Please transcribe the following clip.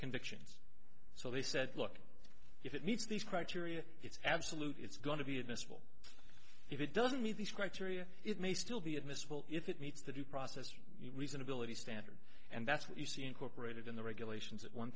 convictions so they said look if it meets these criteria it's absolutely it's going to be admissible if it doesn't meet these criteria it may still be admissible if it meets the due process of reasonability standard and that's what you see incorporated in the regulations at one